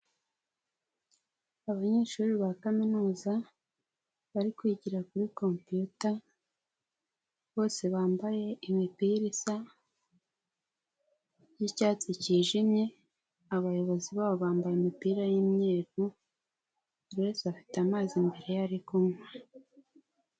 Abanyeshuri ba kaminuza bari kwigira kuri koputa, bose bambaye imipira isa y'icyatsi k'ijimye, abayobozi babo bambaye imipira y'imyeru, buri wese afite amazi mbere ye ari kunywa.